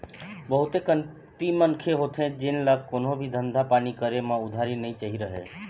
बहुते कमती मनखे होथे जेन ल कोनो भी धंधा पानी के करे म उधारी नइ चाही रहय